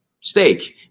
steak